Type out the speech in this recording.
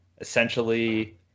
essentially